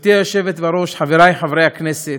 גברתי היושבת בראש, חברי חברי הכנסת,